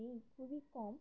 এই খুবই কম